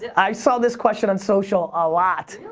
didn't. i saw this question on social a lot.